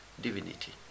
divinity